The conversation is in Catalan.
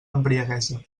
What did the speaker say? embriaguesa